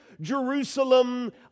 Jerusalem